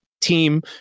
team